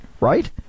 Right